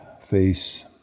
face